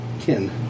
kin